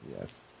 Yes